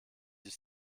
sich